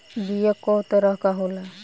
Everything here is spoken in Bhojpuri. बीया कव तरह क होला?